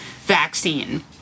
vaccine